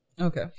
Okay